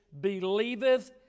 believeth